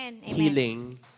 healing